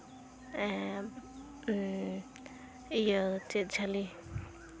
ᱤᱭᱟᱹ ᱪᱮᱫ ᱡᱷᱟᱹᱞᱤ